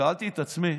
שאלתי את עצמי